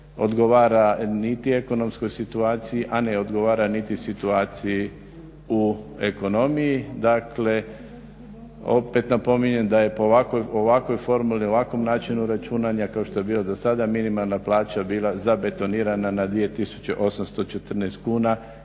odgovara niti ekonomskoj situaciji, a ne odgovara niti situaciji u ekonomiji. Dakle, opet napominjem da je po ovakvoj formuli, ovakvom načinu računanja kao što je bio dosada minimalna plaća bila zabetonirana na 2814 kuna